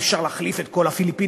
אי-אפשר להחליף את כל הפיליפינים,